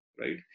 right